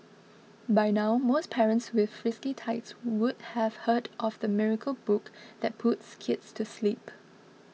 by now most parents with frisky tykes would have heard of the miracle book that puts kids to sleep